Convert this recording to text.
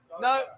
No